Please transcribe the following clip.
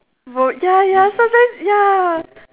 ro~ ya ya sometimes ya